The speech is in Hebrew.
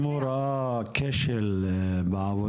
אם הוא ראה כשל בעבודה,